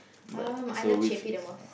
um I love Chaype the most